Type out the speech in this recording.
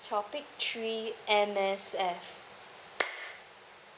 topic three M_S_F